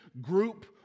group